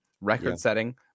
Record-setting